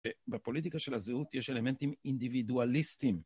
בפוליטיקה של הזהות יש אלמנטים אינדיבידואליסטיים.